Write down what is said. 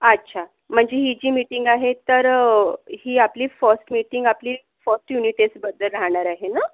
अच्छा म्हणजे ही जी मीटिंग आहे तर ही आपली फर्स्ट मीटिंग आपली फर्स्ट युनि टेस्टबद्दल राहणार आहे ना